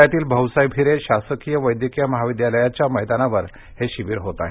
धुळ्यातील भाऊसाहेब हिरे शासकीय वैद्यकिय महाविद्यालयाच्या मैदानावर हे शिबीर होत आहे